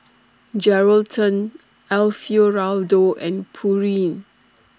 Geraldton Alfio Raldo and Pureen